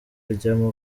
rya